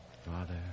Father